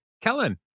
Kellen